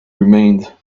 remained